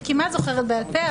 אני כמעט זוכרת בעל פה,